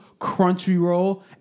Crunchyroll